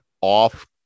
off